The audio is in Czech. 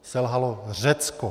Selhalo Řecko.